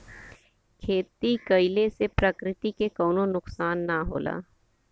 खेती कइले से प्रकृति के कउनो नुकसान ना होला